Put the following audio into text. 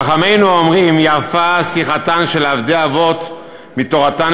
חכמינו אומרים: "יפה שיחתן של עבדי אבות מתורתן